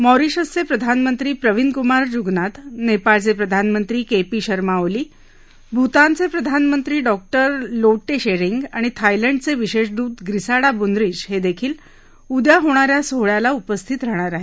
मॉरिशिअसचे प्रधानमंत्री प्रविंद कुमार जुगनाथ नेपाळचे प्रधानमंत्री के पी शर्मा ओली भूतानचे प्रधानमंत्री डॉक्टर लोटे त्शेरिंग आणि थायलंडचे विशेष दूत ग्रीसाडा बूनराच हे देखील उद्या होणा या सोहळ्याला उपस्थित राहणार आहेत